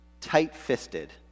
tight-fisted